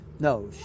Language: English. No